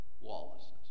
lawlessness